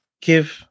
give